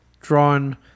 drawn